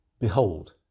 Behold